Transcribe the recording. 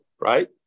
right